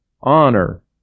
honor